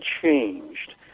changed